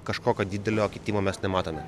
kažkokio didelio kitimo mes nematome